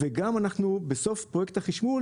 בסוף פרויקט החשמול,